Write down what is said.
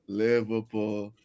liverpool